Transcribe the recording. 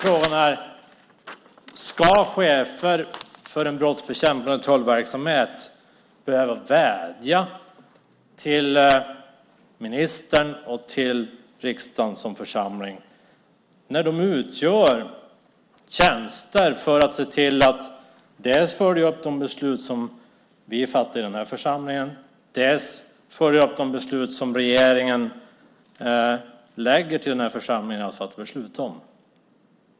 Frågan är: Ska chefen för en brottsbekämpande tullverksamhet behöva vädja till ministern och till riksdagen som församling? De utför tjänster för att se till att följa upp dels de beslut som vi fattar i denna församling, dels de beslut som regeringen lägger till den här församlingen.